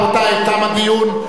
רבותי, תם הדיון.